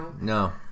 no